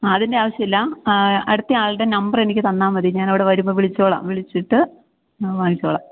ആ അതിൻ്റെ ആവശ്യമില്ല അടുത്തയാളിൻ്റെ നമ്പർ എനിക്ക് തന്നാൽ മതി ഞാനവിടെ വരുമ്പോൾ വിളിച്ചുകൊള്ളാം വിളിച്ചിട്ട് വാങ്ങിച്ചോളാം